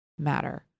matter